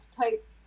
type